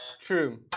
True